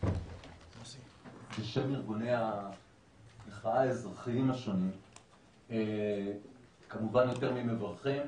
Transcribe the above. בשם ארגוני המחאה האזרחיים השונים אנחנו יותר ממברכים.